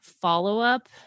follow-up